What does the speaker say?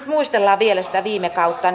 muistellaan vielä sitä viime kautta